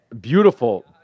beautiful